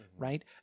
Right